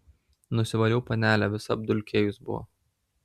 nusivaliau panelę visa apdulkėjus buvo